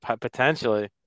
Potentially